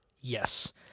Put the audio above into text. yes